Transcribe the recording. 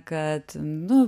kad nu